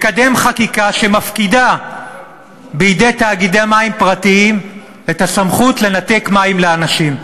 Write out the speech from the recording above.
לקדם חקיקה שמפקידה בידי תאגידי מים פרטיים את הסמכות לנתק מים לאנשים.